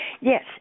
Yes